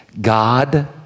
God